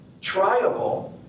triable